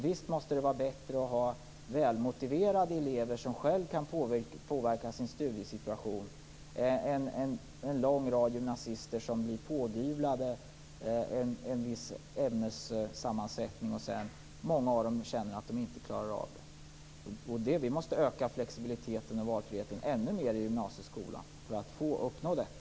Visst måste det vara bättre att ha välmotiverade elever som själva kan påverka sin studiesituation än en lång rad gymnasister som blir pådyvlade en viss ämnessammansättning som de känner att de inte klarar av? Vi måste öka flexibiliteten och valfriheten ännu mer i gymnasieskolan för att uppnå detta.